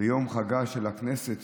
ביום חגה של הכנסת,